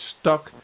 stuck